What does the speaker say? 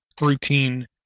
routine